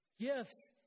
gifts